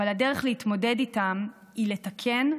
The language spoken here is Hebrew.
אבל הדרך להתמודד איתם היא לתקן,